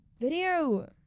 video